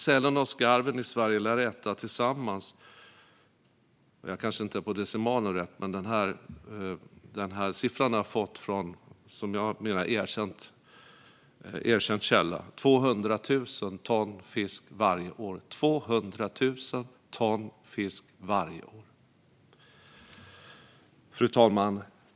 Sälen och skarven i Sverige lär tillsammans äta 200 000 ton fisk varje år. Denna siffra kanske inte är på decimalen rätt, men jag har fått den från en erkänd källa. Fru talman!